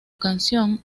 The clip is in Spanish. canción